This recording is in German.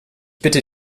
bitte